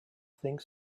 think